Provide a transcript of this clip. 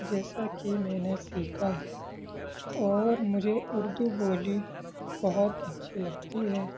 جیسا کہ میں نے سیکھا اور مجھے اردو بولی بہت اچھی لگتی ہے